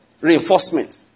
reinforcement